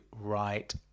right